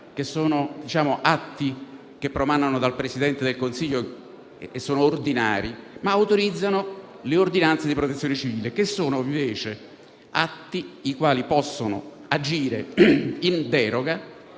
che sono atti che promanano dal Presidente del Consiglio e sono ordinari, ma l'utilizzo delle ordinanze di protezione civile, che sono invece atti i quali possono agire in deroga